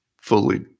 fully